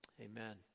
Amen